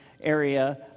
area